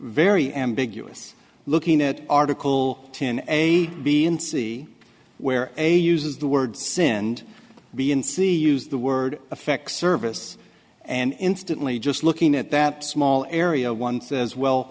very ambiguous looking at article a b in c where a uses the word sin and b in c use the word affect service and instantly just looking at that small area one says well